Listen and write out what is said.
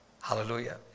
Hallelujah